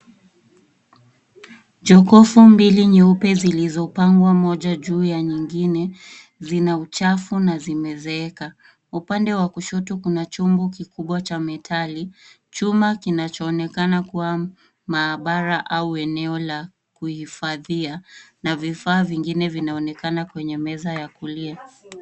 Jokovu mbili nyeupe zilizopangwa moja juu ya nyingine zina uchafu na zimezeeka. upande wa kushoto kuna chungu kikubwa cha metali, chuma kinachoonekana kuwa maabara au eneo la kuhifadhia na vifaa vingine vinaonekana kwenye meza ya kulalia.